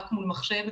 רק מול מחשב,